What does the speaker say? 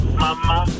mama